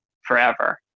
forever